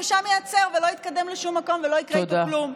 ושם ייעצר ולא יתקדם לשום מקום ולא יקרה איתו כלום.